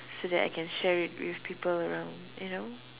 so that I can share with with people around you know